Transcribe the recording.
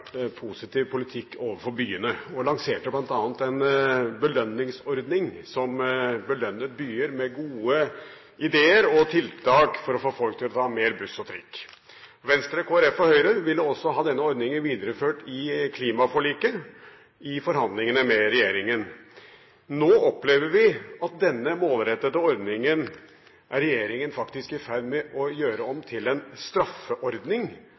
positiv politikk overfor byene og lanserte bl.a. en belønningsordning som belønnet byer med gode ideer og tiltak for å få folk til å ta mer buss og trikk. Venstre, Kristelig Folkeparti og Høyre ville også ha denne ordningen videreført i klimaforliket i forhandlingene med regjeringen. Nå opplever vi at denne målrettede ordningen er regjeringen faktisk i ferd med å gjøre om til en straffeordning